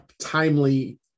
timely